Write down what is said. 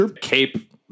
cape